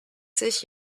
sich